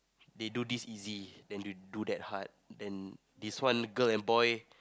they do this easy then they do that hard and this one girl and boy